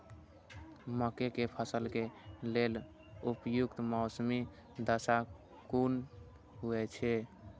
मके के फसल के लेल उपयुक्त मौसमी दशा कुन होए छै?